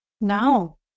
No